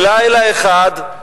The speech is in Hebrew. בלילה אחד,